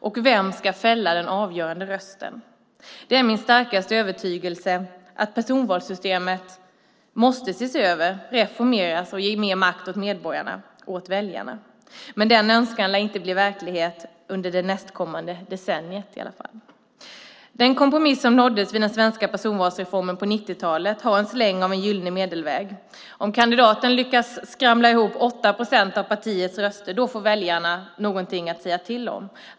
Och vem ska fälla den avgörande rösten? Det är min starkaste övertygelse att personvalssystemet måste ses över och reformeras och att mer makt ges till medborgarna, väljarna. Men den önskan lär inte förverkligas, i alla fall inte under nästkommande decennium. Den kompromiss som nåddes i samband med den svenska personvalsreformen på 1990-talet har en släng av en gyllene medelväg. Om kandidaten lyckas skramla ihop 8 procent av sitt partis röster får väljarna någonting att säga till om.